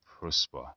prosper